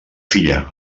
filla